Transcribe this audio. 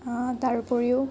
তাৰ উপৰিও